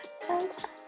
fantastic